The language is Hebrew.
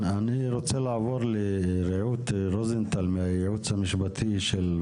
אני רוצה לעבור לרעות רוזנטל מהייעוץ המשפטי.